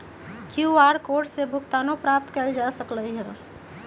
QR code से भुगतानो प्राप्त कएल जा सकल ह